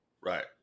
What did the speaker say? Right